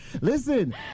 Listen